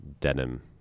denim